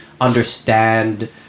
understand